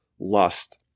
lust